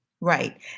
Right